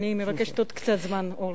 אני מבקשת עוד קצת זמן.